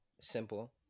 Simple